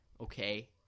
okay